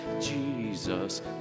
Jesus